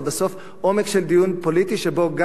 זה בסוף עומק של דיון פוליטי שבו גם